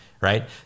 right